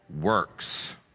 works